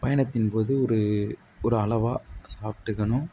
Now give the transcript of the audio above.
பயணத்தின் போது ஒரு ஒரு அளவாக சாப்பிட்டுக்கணும்